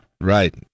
Right